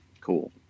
Cool